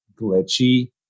glitchy